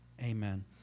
Amen